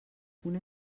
una